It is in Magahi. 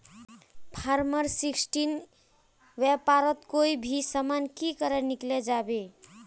फारम सिक्सटीन ई व्यापारोत कोई भी सामान की करे किनले जाबे?